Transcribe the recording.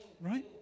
Right